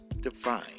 define